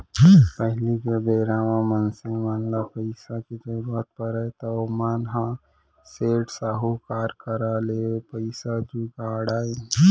पहिली के बेरा म मनसे मन ल जब पइसा के जरुरत परय त ओमन ह सेठ, साहूकार करा ले पइसा जुगाड़य